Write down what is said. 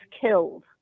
killed